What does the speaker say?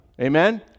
Amen